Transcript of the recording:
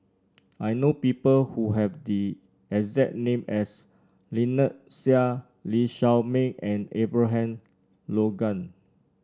I know people who have the exact name as Lynnette Seah Lee Shao Meng and Abraham Logan